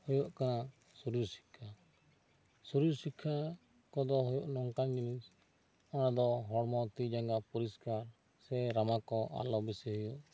ᱦᱩᱭᱩᱜ ᱠᱟᱱᱟ ᱥᱚᱨᱤᱨ ᱥᱤᱠᱠᱷᱟ ᱥᱚᱨᱤᱨ ᱥᱤᱠᱠᱷᱟ ᱠᱚᱫᱚ ᱦᱚᱭᱚᱜ ᱱᱚᱝᱠᱟᱱ ᱡᱤᱱᱤᱥ ᱚᱱᱟᱫᱚ ᱦᱚᱲᱢᱚ ᱛᱤ ᱡᱟᱸᱜᱟ ᱯᱩᱨᱤᱥᱠᱟᱨ ᱥᱮ ᱨᱟᱢᱟ ᱠᱚ ᱟᱞᱚ ᱵᱮᱥᱤ